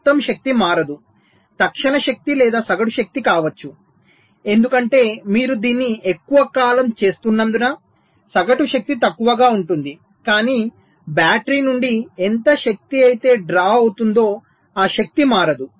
మొత్తం శక్తి మారదు తక్షణ శక్తి లేదా సగటు శక్తి కావచ్చు ఎందుకంటే మీరు దీన్ని ఎక్కువ కాలం చేస్తున్నందున సగటు శక్తి తక్కువగా ఉంటుంది కానీ బ్యాటరీ నుండి ఎంత శక్తి అయితే డ్రా అవుతుందో ఆ శక్తి మారదు